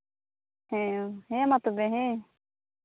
ᱦᱮᱸ ᱦᱮᱸᱢᱟ ᱛᱚᱵᱮ ᱦᱮᱸ